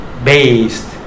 based